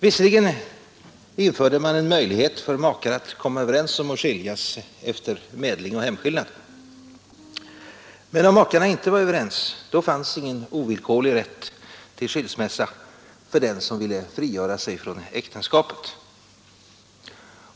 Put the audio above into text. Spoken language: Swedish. Visserligen införde man en möjlighet för makarna att komma överens om att skiljas efter medling och hemskillnad, men om makarna inte var överens fanns ingen ovillkorlig rätt till skilsmässa för den som ville frigöra sig från äktenskapet.